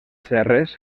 serres